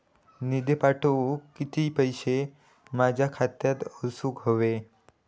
निधी पाठवुक किती पैशे माझ्या खात्यात असुक व्हाये?